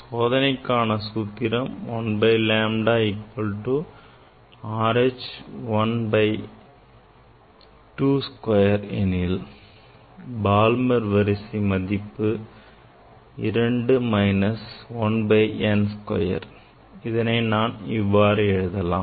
சோதனைக்கான சூத்திரம் 1 by lambda equal to R H 1 by 2 square ஏனெனில் Balmer வரிசையில் m ன் மதிப்பு 2 minus 1 by n square இதனை நான் இவ்வாறு எழுதலாம்